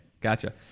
gotcha